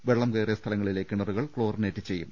വെള്ളം കയറിയ സ്ഥലങ്ങളിലെ കിണറുകൾ ക്ലോറിനേറ്റ് ചെയ്യും